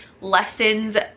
lessons